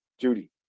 judy